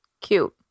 Cute